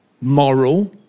moral